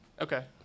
Okay